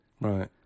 Right